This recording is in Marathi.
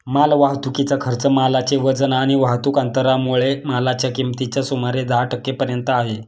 माल वाहतुकीचा खर्च मालाचे वजन आणि वाहतुक अंतरामुळे मालाच्या किमतीच्या सुमारे दहा टक्के पर्यंत आहे